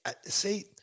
See